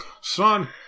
Son